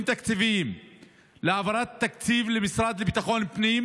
תקציביים להעברת תקציב למשרד לביטחון פנים,